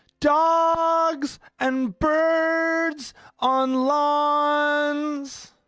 dogs and birds on lawns